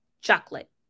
chocolate